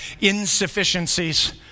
insufficiencies